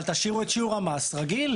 אבל תשאירו את שיעור המס רגיל,